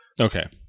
okay